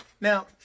now